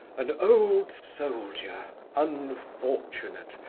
an old soldier, unfortunate,